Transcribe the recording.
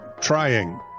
Trying